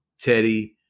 Teddy